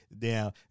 Now